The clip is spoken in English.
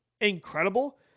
incredible